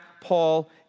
Paul